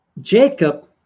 Jacob